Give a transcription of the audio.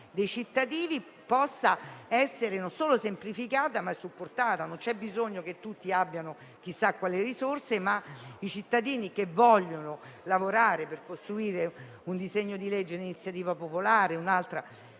dei cittadini possa essere non solo semplificata, ma supportata. Non c'è bisogno che tutti abbiano chissà quali risorse, ma i cittadini che vogliono lavorare per costruire un disegno di legge di iniziativa popolare o per